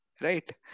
right